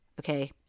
Okay